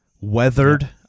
Weathered